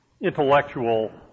intellectual